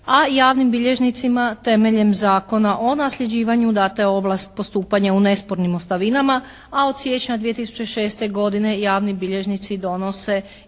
a javnim bilježnicima temeljem Zakona o nasljeđivanju dana je ovlast postupanja u nespornim ostavinama a od siječnja 2006. godine javni bilježnici donose